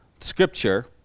scripture